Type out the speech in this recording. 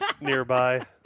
nearby